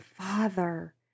Father